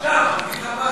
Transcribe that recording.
למה?